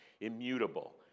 Immutable